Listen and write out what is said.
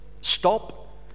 stop